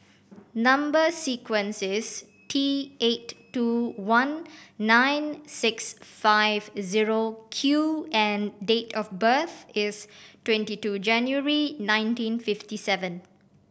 number sequence is T eight two one nine six five zero Q and date of birth is twenty two January nineteen fifty seven